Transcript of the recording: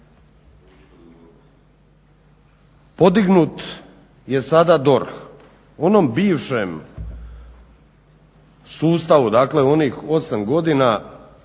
Podignut je sada DORH. U onom bivšem sustavu, dakle onih 8 godina